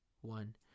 one